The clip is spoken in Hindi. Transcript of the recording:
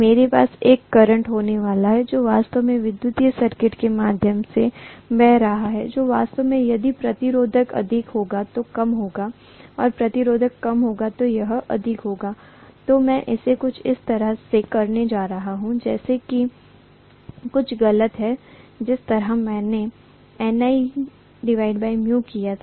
मेरे पास एक करंट होने वाला है जो वास्तव में विद्युत सर्किट के माध्यम से बह रहा है जो वास्तव में यदि प्रतिरोध अधिक होगा तो कम होगा और प्रतिरोध कम होने पर यह अधिक होगा तो मैं इसे कुछ इस तरह से करने जा रहा हूं जैसे की कुछ गलत है जिस तरह से मैंने Niμ किया है